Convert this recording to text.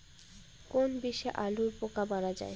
কোন বিষে আলুর পোকা মারা যায়?